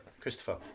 Christopher